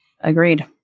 Agreed